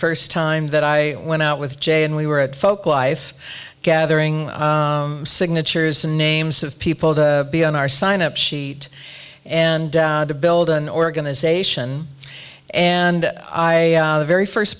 first time that i went out with jay and we were at folklife gathering signatures and names of people to be on our sign up sheet and to build an organization and i very first